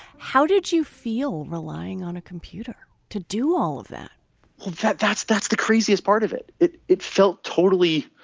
how did you feel relying on a computer to do all of that well that's that's the craziest part of it. it it felt totally